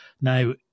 Now